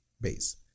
base